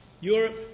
Europe